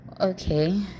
okay